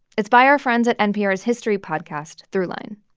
it's by our friends at npr's history podcast, throughline.